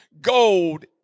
gold